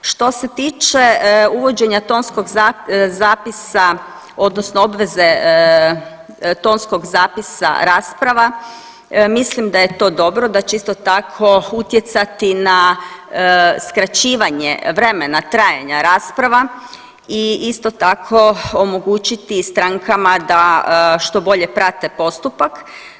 Što se tiče uvođenja tonskog zapisa, odnosno obveze tonskog zapisa rasprava, mislim da je to dobro, da će isto tako utjecati na skraćivanje vremena trajanja rasprava i isto tako, omogućiti strankama da što bolje prate postupak.